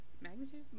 magnitude